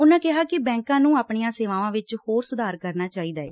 ਉਨੂਾ ਕਿਹਾ ਕਿ ਬੈਂਕਾਂ ਨੂੰ ਆਪਣੀਆਂ ਸੇਵਾਵਾਂ ਵਿਚ ਹੋਰ ਸੁਧਾਰ ਕਰਨਾ ਚਾਹੀਦੈ